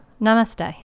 Namaste